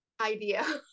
idea